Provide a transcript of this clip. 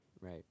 Right